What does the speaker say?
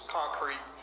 concrete